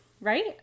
Right